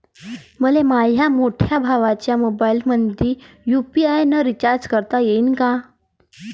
मले माह्या मोठ्या भावाच्या मोबाईलमंदी यू.पी.आय न रिचार्ज करता येईन का?